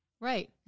Right